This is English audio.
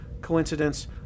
Coincidence